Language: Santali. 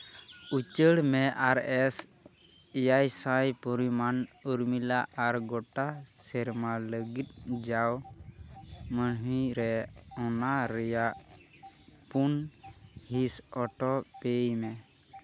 ᱩᱪᱟᱹᱲ ᱢᱮ ᱟᱨ ᱮᱥ ᱮᱭᱟᱭ ᱥᱟᱭ ᱯᱚᱨᱤᱢᱟᱱ ᱩᱨᱢᱤᱞᱟ ᱟᱨ ᱜᱳᱴᱟ ᱥᱮᱨᱢᱟ ᱞᱟᱹᱜᱤᱫ ᱡᱟᱣ ᱢᱟᱹᱦᱤ ᱨᱮ ᱚᱱᱟ ᱨᱮᱭᱟᱜ ᱯᱩᱱ ᱦᱤᱸᱥ ᱚᱴᱳ ᱯᱮ ᱢᱮ